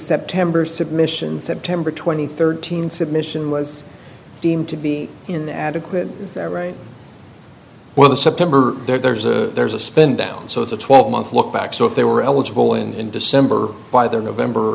september submissions september twenty third teen submission was deemed to be in the adequate is that right well the september there's a there's a spend down so it's a twelve month look back so if they were eligible in december by their november